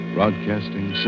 Broadcasting